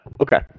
Okay